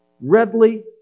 readily